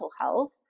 health